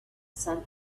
sun